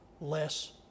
less